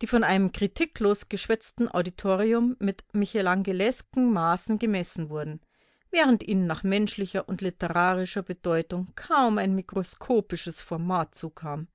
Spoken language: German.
die von einem kritiklos geschwätzten auditorium mit michelangelesken maßen gemessen wurden während ihnen nach menschlicher und literarischer bedeutung kaum ein mikroskopisches format zukam